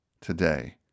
today